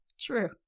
True